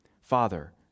Father